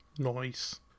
Nice